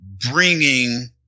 bringing